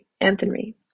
Anthony